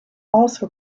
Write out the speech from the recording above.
also